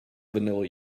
vanilla